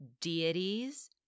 deities